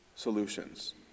Solutions